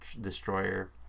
Destroyer